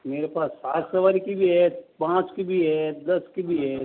मेरे पास सात सवारी की भी है पाँच की भी है दस की भी है